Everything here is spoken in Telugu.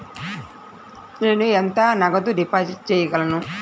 నేను ఎంత నగదు డిపాజిట్ చేయగలను?